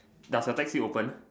does the taxi open